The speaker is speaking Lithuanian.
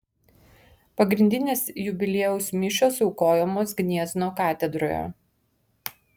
pagrindinės jubiliejaus mišios aukojamos gniezno katedroje